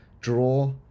Draw